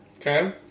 Okay